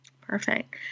Perfect